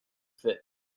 fit